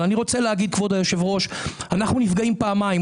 אבל אנחנו נפגעים פעמיים.